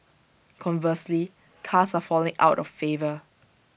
conversely cars are falling out of favour